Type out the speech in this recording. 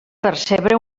percebre